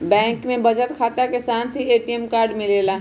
bank में बचत खाता के साथ ए.टी.एम कार्ड मिला हई